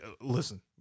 listen